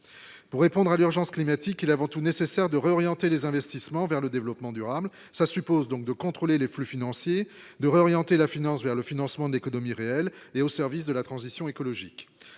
pour répondre à l'urgence climatique il avant tout nécessaire de réorienter les investissements vers le développement durable, ça suppose donc de contrôler les flux financiers de réorienter la finance vers le financement de l'économie réelle et au service de la transition écologique,